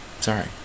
sorry